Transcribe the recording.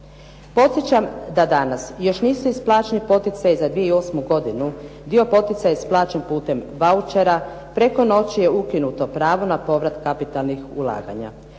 Podsjećam da danas još nisu isplaćeni poticaji za 2008. godinu. Dio poticaja je isplaćen putem vaučera, preko noći je ukinuto pravo na povrat kapitalnih ulaganja.